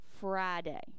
Friday